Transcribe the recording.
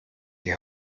die